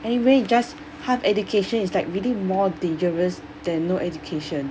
anyway just half education is like really more dangerous than no education